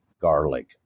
garlic